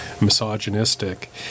misogynistic